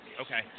Okay